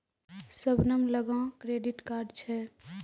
शबनम लगां credit card छै